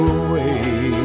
away